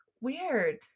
weird